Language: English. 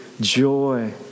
joy